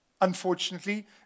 Unfortunately